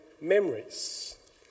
memories